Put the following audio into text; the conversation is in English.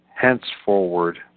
henceforward